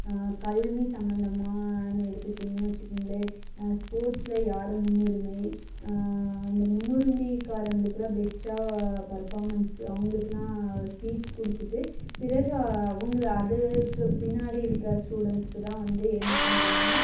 கல்வி சம்மந்தமான்னு எடுத்துக்கிட்டிங்கன்னு வச்சிக்கங்களேன் ஸ்போர்ட்ஸில் யாரும் முன்னுரிமை அந்த முன்னுரிமைக்காரங்களுக்கு எல்லாம் பெஸ்ட்டாக பர்ஃபார்மன்ஸ் அவர்களுக்கு எல்லாம் சீட் கொடுத்துட்டு பிறகு அவங்களை அதுக்கு பின்னாடி இருக்க ஸ்டூடண்ட்ஸ்க்கு தான் வந்து என்ன பண்ணுறங்கன்னா